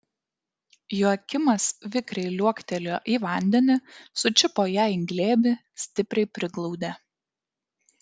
joakimas vikriai liuoktelėjo į vandenį sučiupo ją į glėbį stipriai priglaudė